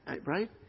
Right